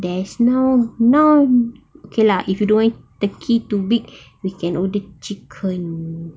there's no now okay lah if you don't want turkey too big we can order chicken